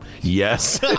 Yes